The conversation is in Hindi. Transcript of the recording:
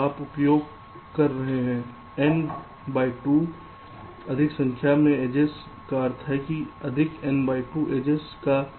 तो आप उपयोग कर रहे हैं n2अधिक संख्या में एड्जेस का अर्थ है अधिकn2 एड्जेस का